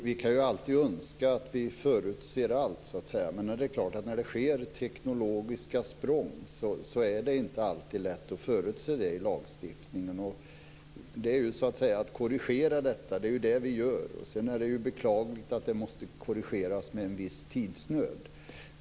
Fru talman! Vi kan alltid önska att vi förutser allt. Men när det sker teknologiska språng är det inte alltid lätt att förutse det i lagstiftningen. Vi korrigerar ju det. Sedan är det beklagligt att det måste korrigeras med en viss tidsnöd.